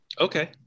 okay